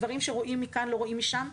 דברים שרואים מכאן לא רואים משם.